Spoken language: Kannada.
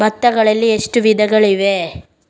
ಭತ್ತಗಳಲ್ಲಿ ಎಷ್ಟು ವಿಧಗಳಿವೆ?